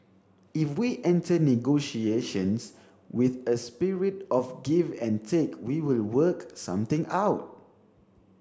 if we enter negotiations with a spirit of give and take we will work something out